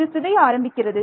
இது சிதைய ஆரம்பிக்கிறது